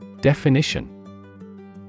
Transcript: Definition